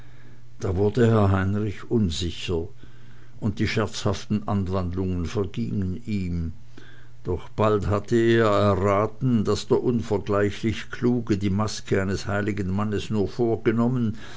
da wurde herr heinrich unsicher und die scherzhaften anwandlungen vergingen ihm doch bald hatte er erraten daß der unvergleichlich kluge die maske eines heiligen mannes nur vorgenommen